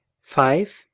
five